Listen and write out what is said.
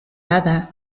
hadas